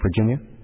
Virginia